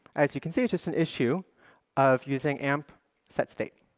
as you can see, it's just an issue of using amp set state.